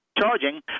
charging